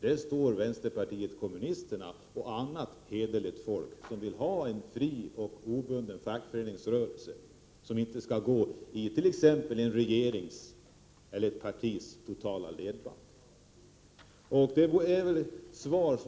Det står vi i vpk och annat hederligt folk för som vill ha en fri och obunden fackföreningsrörelse som inte helt går i regeringens eller något partis ledband. Det är väl